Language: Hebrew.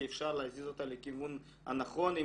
כי אפשר להזיז אותה לכיוון הנכון אם